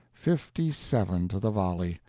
fifty-seven to the volley,